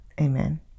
amen